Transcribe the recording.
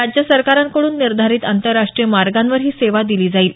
राज्य सरकारांकडून निर्धारीत आंतरराष्ट्रीय मार्गांवर ही सेवा दिली जाईल